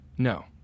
No